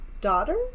daughter